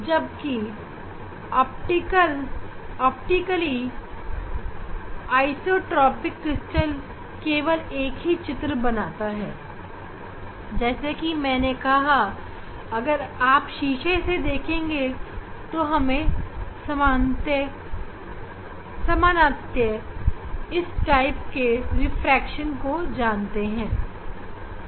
जबकि optically isotropic crystal केवल एक ही छवि दिखाता है जैसा कि मैंने कहा अगर आप शीशे से देखेंगे तो हमें परिचित प्रकार का रिफ्रैक्शन मिलेगा